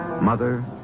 mother